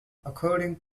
according